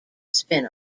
spin